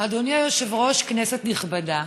אדוני היושב-ראש, כנסת נכבדה,